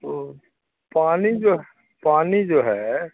تو پانی جو پانی جو ہے